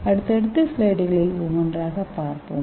அடுத்தடுத்த ஸ்லைடுகளில் ஒவ்வொன்றாக பார்ப்போம்